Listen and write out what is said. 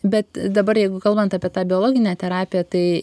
bet dabar jeigu kalbant apie tą biologinę terapiją tai